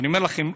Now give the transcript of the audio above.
אני אומר לכם,